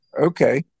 okay